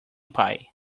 pie